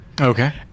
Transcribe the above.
okay